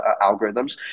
algorithms